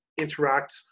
interact